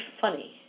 funny